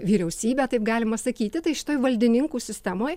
vyriausybe taip galima sakyti tai šitoj valdininkų sistemoj